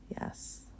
Yes